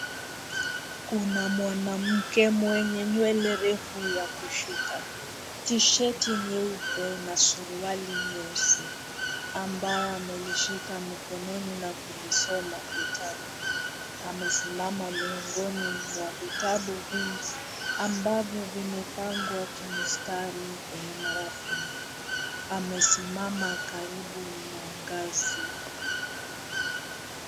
Kuna mwanamke mwenye nywele refu ya kushuka, tisheti nyeupe na suruali nyeusi, ambayo amelishika mkononi na kulisoma kitabu, amesimama miongoni mwa vitabu vingi, ambavyo vimepangwa kimistari kwenye marafu, amesimama karibu na ngazi.